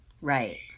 right